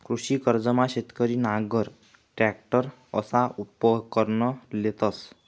कृषी कर्जमा शेतकरी नांगर, टरॅकटर अशा उपकरणं लेतंस